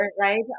right